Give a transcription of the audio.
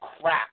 crap